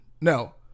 No